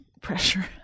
pressure